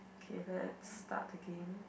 okay let's start again